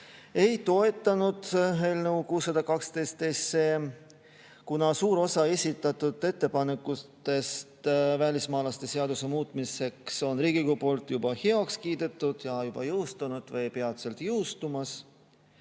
ei toetanud eelnõu 612, kuna suur osa esitatud ettepanekutest välismaalaste seaduse muutmiseks on Riigikogus heaks kiidetud ja juba jõustunud või peatselt jõustumas.